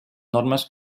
normes